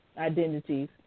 identities